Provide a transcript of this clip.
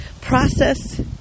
process